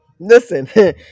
Listen